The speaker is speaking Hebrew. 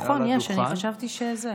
נכון, עד עכשיו היו רק שאילתות דחופות.